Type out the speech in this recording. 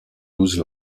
douze